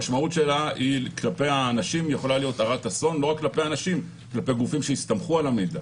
משמעותה יכולה להיות הרת אסון כלפי האנשים והגופים שהסתמכו על המידע.